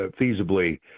feasibly